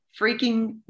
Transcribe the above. freaking